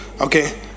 okay